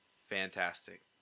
fantastic